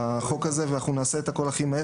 יש פרוטוקול בחוק הזה, אנחנו נעשה הכול הכי מהר.